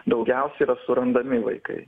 daugiausia surandami vaikai